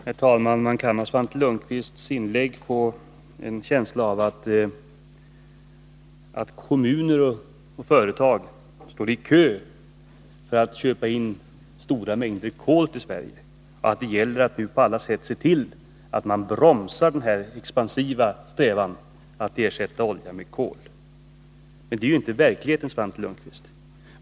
Herr talman! När man lyssnar på Svante Lundkvists inlägg kan man få en känsla av att kommuner och företag står i kö för att köpa in stora mängder kol till Sverige och att det gäller att på alla sätt se till att bromsa denna expansiva strävan att ersätta olja med kol. Men detta är inte verkligheten, Svante Lundkvist.